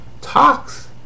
talks